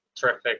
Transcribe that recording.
terrific